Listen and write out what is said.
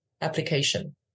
application